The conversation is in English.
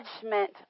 judgment